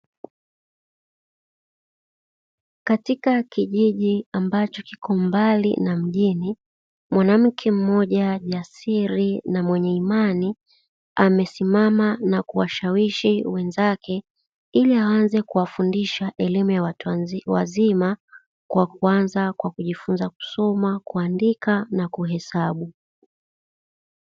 Katika kijiji ambacho kiko mbali na mjini mwanamke mmoja jasiri na mwenye imani amesimama na kuwashawishi wenzake, ili aanze kuwafundisha elimu ya watu wazima kwa kuanza kwa kujifunza kusoma kuandika na kuhesabu.